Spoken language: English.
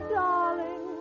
darling